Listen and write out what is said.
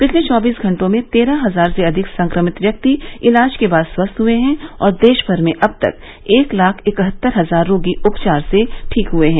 पिछले चौबीस घंटों में तेरह हजार से अधिक संक्रमित व्यक्ति इलाज के बाद स्वस्थ हुए हैं और देशभर में अब तक एक लाख इकहत्तर हजार रोगी उपचार से ठीक हुए हैं